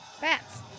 Bats